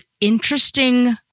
interesting